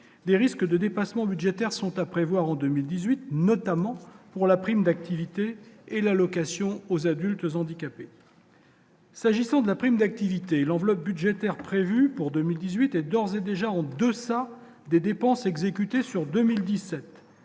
des risques de dépassements budgétaires sont à prévoir en 2018, notamment pour la prime d'activité et l'allocation aux adultes handicapés. S'agissant de la prime d'activité, l'enveloppe budgétaire prévu pour 2018 est d'ores et déjà en deçà des dépenses exécutées sur 2017